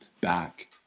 back